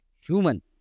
human